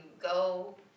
go